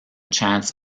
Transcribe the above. chants